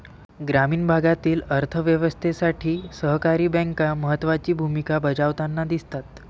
ग्रामीण भागातील अर्थ व्यवस्थेत सहकारी बँका महत्त्वाची भूमिका बजावताना दिसतात